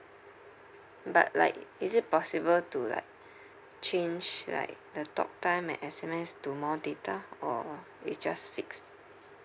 but like is it possible to like change like the talk time and S_M_S to more data or it's just fixed